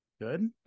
good